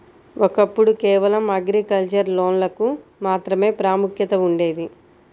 ఒకప్పుడు కేవలం అగ్రికల్చర్ లోన్లకు మాత్రమే ప్రాముఖ్యత ఉండేది